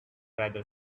rather